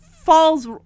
falls